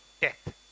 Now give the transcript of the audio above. death